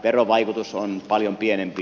verovaikutus on paljon pienempi